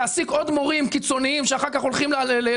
תעסיק עוד מורים קיצוניים שאחר כך עולים